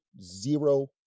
Zero